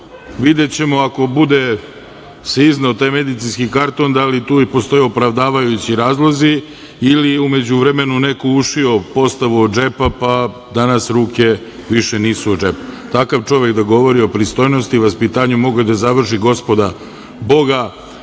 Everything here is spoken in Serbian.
videćemo ako se bude izneo taj medicinski karton, da li tu postoje opravdavajući razlozi ili je u međuvremenu neko ušio postavu od džepa pa danas ruke više nisu u džepu. Takav čovek da govori o pristojnosti i vaspitanju, mogao je da završi gospoda boga,